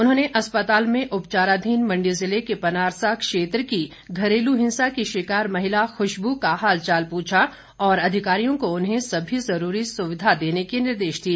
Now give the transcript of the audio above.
उन्होंने अस्पताल में उपचाराधीन मण्डी जिले के पनारसा क्षेत्र की घरेलू हिंसा की शिकार महिला खुशबू का हालचाल पूछा और अधिकारियों को उन्हें सभी जरूरी सुविधा देने के निर्देश दिए